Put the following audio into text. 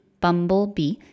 bumblebee